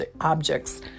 objects